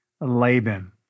Laban